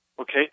okay